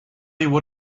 already